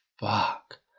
fuck